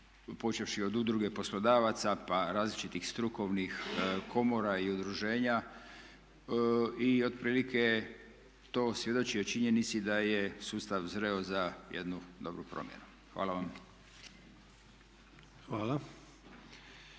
počevši od udruge poslodavaca, pa različitih strukovnih komora i udruženja i otprilike to svjedoči o činjenici da je sustav zreo za jednu dobru promjenu. Hvala vam.